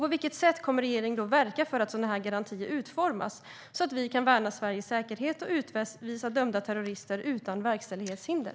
På vilket sätt kommer regeringen att verka för att sådana här garantier utformas så att vi kan värna Sveriges säkerhet och utvisa dömda terrorister utan verkställighetshinder?